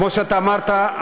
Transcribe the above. כמו שאמרת,